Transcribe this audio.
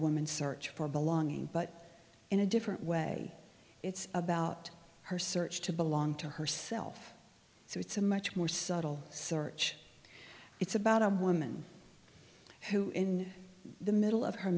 woman search for belonging but in a different way it's about her search to belong to herself so it's a much more subtle search it's about a woman who in the middle of her